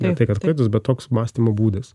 ne tai kad klaidos bet toks mąstymo būdas